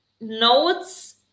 notes